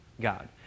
God